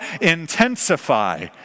intensify